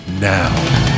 now